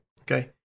Okay